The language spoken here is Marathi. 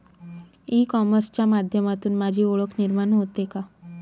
ई कॉमर्सच्या माध्यमातून माझी ओळख निर्माण होते का?